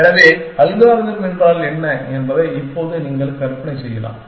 எனவே அல்காரிதம் என்றால் என்ன என்பதை இப்போது நீங்கள் கற்பனை செய்யலாம்